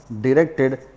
directed